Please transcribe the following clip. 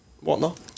whatnot